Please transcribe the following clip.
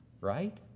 right